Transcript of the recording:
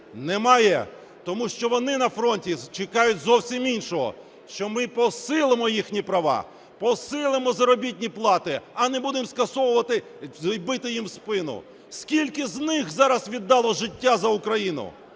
Немає. Тому що вони на фронті чекають зовсім іншого: що ми посилимо їхні права, посилимо заробітні плати, а не будемо скасовувати і бити їм в спину. Скільки з них зараз віддало життя за Україну,